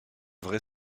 vrai